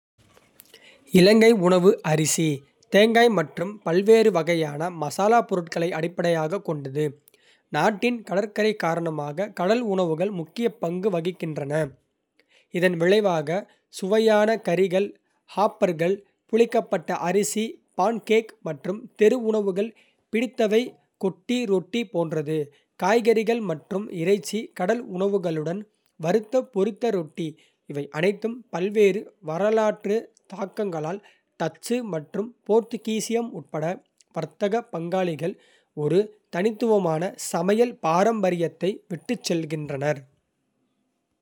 இலங்கை உணவு அரிசி, தேங்காய் மற்றும் பல்வேறு வகையான மசாலாப் பொருட்களை அடிப்படையாகக் கொண்டது, நாட்டின் கடற்கரை காரணமாக கடல் உணவுகள் முக்கிய பங்கு வகிக்கின்றன. இதன் விளைவாக சுவையான கறிகள், ஹாப்பர்கள் புளிக்கப்பட்ட அரிசி பான்கேக் மற்றும் தெரு உணவுகள் பிடித்தவை கொட்டு ரொட்டி போன்றது (காய்கறிகள் மற்றும் இறைச்சி/கடல் உணவுகளுடன் வறுத்த பொரித்த ரொட்டி. இவை அனைத்தும் பல்வேறு வரலாற்று தாக்கங்களால் டச்சு மற்றும் போர்த்துகீசியம் உட்பட வர்த்தக பங்காளிகள், ஒரு தனித்துவமான சமையல் பாரம்பரியத்தை விட்டுச்செல்கின்றனர்